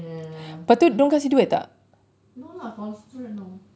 ya no lah fosterer no